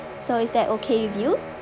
so is that okay with you